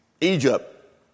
Egypt